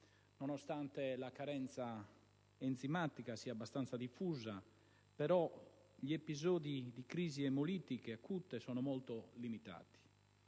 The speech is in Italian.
Nonostante la carenza enzimatica sia abbastanza diffusa, gli episodi di crisi emolitiche acute sono molto limitati.